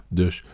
dus